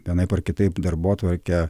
vienaip ar kitaip darbotvarkę